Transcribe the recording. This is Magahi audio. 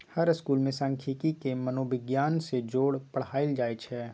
हर स्कूल में सांखियिकी के मनोविग्यान से जोड़ पढ़ायल जाई छई